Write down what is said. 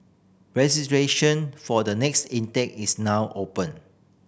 registration for the next intake is now open